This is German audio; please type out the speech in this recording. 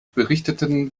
berichteten